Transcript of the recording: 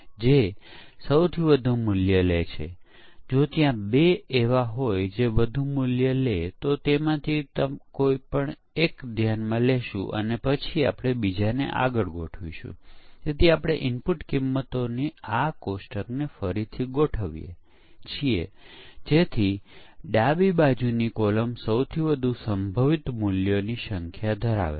પરંતુ ત્યાં બીજું એક મોડ્યુલ છે જે નવા પ્રોગ્રામર દ્વારા લખ્યું છે તે તેને ન સમજી શક્યો કારણ કે તે ખૂબ જટિલ ભાષામાં લખાયેલું હોય શકે અથવા તો તેનો એલ્ગોરિધમ ન હોય અને તેથી ત્યાં મોટી સંખ્યામાં ભૂલો હશે